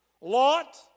Lot